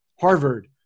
Harvard